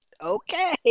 Okay